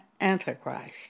Antichrist